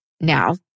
Now